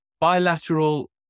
bilateral